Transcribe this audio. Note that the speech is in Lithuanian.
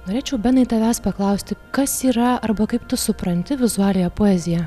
norėčiau benai tavęs paklausti kas yra arba kaip tu supranti vizualiąją poeziją